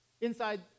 Inside